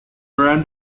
around